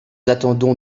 attendons